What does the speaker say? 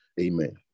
Amen